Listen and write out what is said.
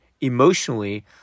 emotionally